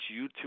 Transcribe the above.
YouTube